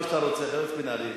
כשאתה לוחץ את היד לאנשי ה"חמאס",